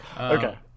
Okay